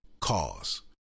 cause